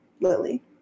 Lily